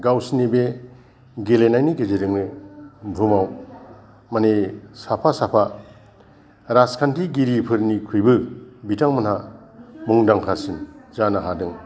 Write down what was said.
गावसोरनि बे गेलेनायनि गेजेरजोंनो बुहुमाव माने साफा साफा राजखान्थिगिरिफोरनिख्रुइबो बिथांमोनहा मुंदांखासिन जानो हादों